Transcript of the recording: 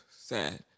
Sad